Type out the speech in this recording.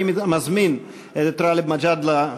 אני מזמין את גאלב מג'אדלה,